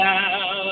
Now